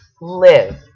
live